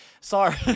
Sorry